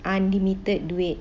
unlimited duit